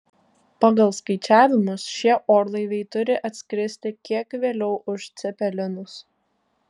pagal skaičiavimus šie orlaiviai turi atskristi kiek vėliau už cepelinus